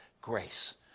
Grace